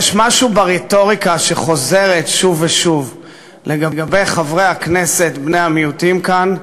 יש משהו ברטוריקה שחוזרת שוב ושוב לגבי חברי הכנסת בני המיעוטים כאן,